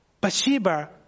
Bathsheba